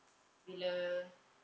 bila